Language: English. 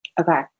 Okay